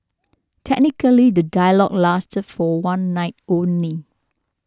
technically the dialogue lasted for one night only